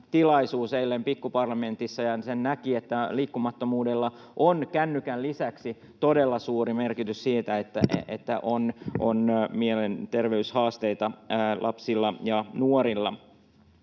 tilaisuus eilen Pikkuparlamentissa, ja sen näki, että liikkumattomuudella on kännykän lisäksi todella suuri merkitys siinä, että on mielenterveyshaasteita lapsilla ja nuorilla.